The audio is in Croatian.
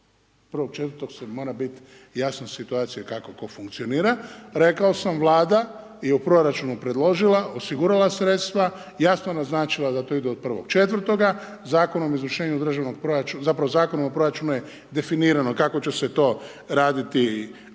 1.4. mora biti jasna situacija kako tko funkcionira. Rekao sam, Vlada je u proračunu predložila, osigurala sredstva, jasno naznačila da to ide od 1.4., Zakonom o izvršenju državnog zapravo Zakonom o proračunu je definirano kako će se to raditi do tada.